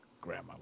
Grandma